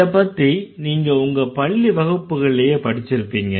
இதப்பத்தி நீங்க உங்க பள்ளி வகுப்புகள்லயே படிச்சிருப்பீங்க